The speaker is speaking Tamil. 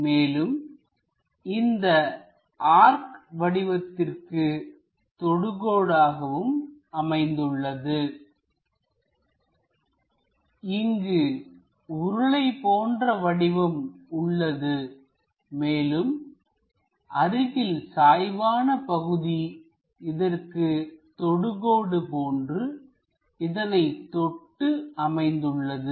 மேலும் இந்த ஆர்க் வடிவத்திற்கு தொடுகோடு ஆகவும் அமைந்துள்ளது இங்கு உருளை போன்ற வடிவம் உள்ளது மேலும் அருகில் சாய்வான பகுதி இதற்கு தொடுகோடு போன்று இதனைத் தொட்டு அமைந்துள்ளது